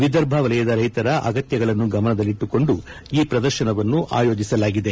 ವಿದರ್ಭ ವಲಯದ ರೈತರ ಅಗತ್ಯಗಳನ್ನು ಗಮನದಲ್ಲಿಟ್ಟಿಕೊಂಡು ಈ ಪ್ರದರ್ಶನವನ್ನು ಆಯೋಜಿಸಲಾಗಿದೆ